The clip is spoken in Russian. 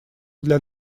для